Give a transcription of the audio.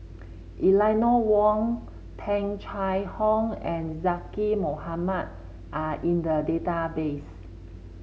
Eleanor Wong Tung Chye Hong and Zaqy Mohamad are in the database